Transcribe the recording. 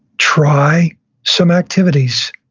try some activities.